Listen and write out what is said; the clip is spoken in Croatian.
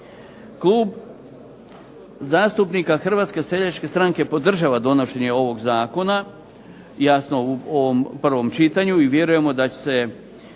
Klub zastupnika HSS podržava donošenje ovog zakona, jasno u ovom prvom čitanju i vjerujem da će